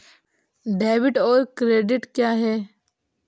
Debit और credit क्या है?